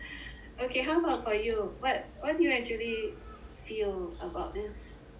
okay how about for you what what did you actually feel about this